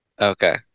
Okay